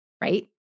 right